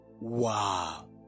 Wow